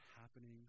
happening